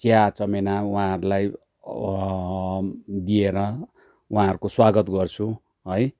चिया चमेना वहाँहरूलाई दिएर वहाँहरूको स्वागत गर्छु है